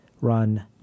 run